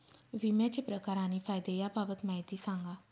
विम्याचे प्रकार आणि फायदे याबाबत माहिती सांगा